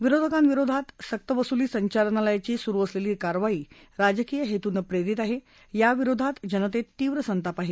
विरोधकांविरोधात सक्तवुसली संचालनालयाची सुरु असलेली कारवाई राजकीय हेतूनं प्रेरीत आहे याविरोधात जनतेत तीव्र संताप आहे